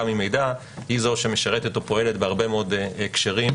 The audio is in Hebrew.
ממידע היא זו שמשרתת או פועלת בהרבה מאוד הקשרים,